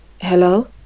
Hello